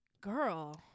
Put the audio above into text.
girl